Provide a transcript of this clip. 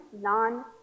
non